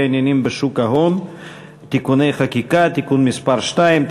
העניינים בשוק ההון בישראל (תיקוני חקיקה) (תיקון מס' 2),